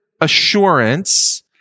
assurance